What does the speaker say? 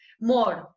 more